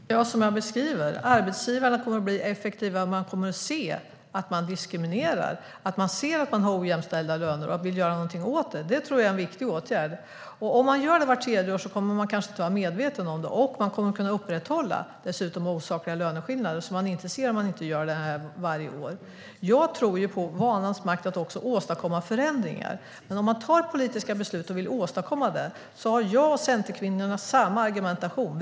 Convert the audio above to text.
Herr talman! Som jag redan beskrivit: Arbetsgivarna kommer att bli effektivare. Man kommer att se att man diskriminerar och har ojämställda löner och vilja göra någonting åt det. Jag tror att detta är en viktig åtgärd. Om man gör det vart tredje år kommer man kanske inte att vara medveten om det och kommer dessutom att kunna upprätthålla osakliga löneskillnader som man inte ser om man inte gör det varje år. Jag tror på vanans makt också när det gäller att åstadkomma förändringar. Om man fattar politiska beslut och vill åstadkomma förändringar har jag och Centerkvinnorna samma argumentation.